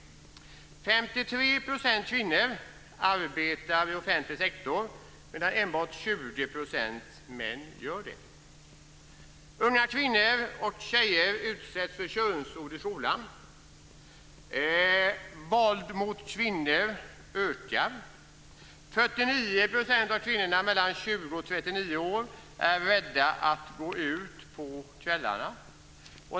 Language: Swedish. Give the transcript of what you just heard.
53 % av kvinnorna arbetar i offentlig sektor medan bara 20 % av männen gör det. Unga kvinnor och tjejer utsätts för könsord i skolan. Våld mot kvinnor ökar. 49 % av kvinnorna mellan 20 och 39 år är rädda för att gå ut på kvällarna.